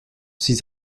six